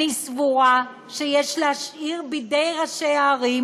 אני סבורה שיש להשאיר בידי ראשי הערים